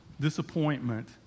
disappointment